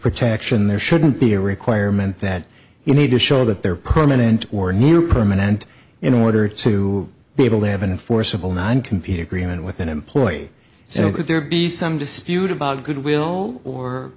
protection there shouldn't be a requirement that you need to show that they're permanent or new permanent in order to be able to have an forcible non compete agreement with an employee so could there be some dispute about goodwill or